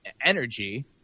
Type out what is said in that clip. energy –